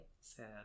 Sad